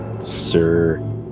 sir